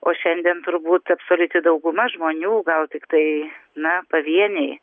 o šiandien turbūt absoliuti dauguma žmonių gal tiktai na pavieniai